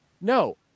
No